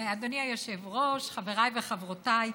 חברת הכנסת יעל גרמן כאן,